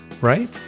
right